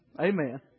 Amen